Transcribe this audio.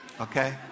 okay